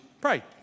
pray